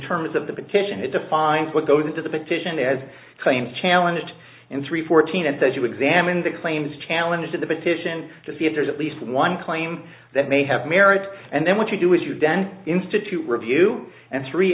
terms of the petition it defines what goes into the petition as claimed challenged in three fourteen and says you examine the claims challenge to the petition to see if there's at least one claim that may have merit and then what you do is you then institute review and three